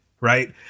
right